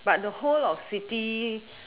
but the whole of city